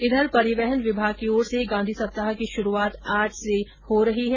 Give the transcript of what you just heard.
इधर परिवहन विभाग की ओर से गांधी सप्ताह की शुरूआत आज से हो रही है